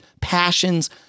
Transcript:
passions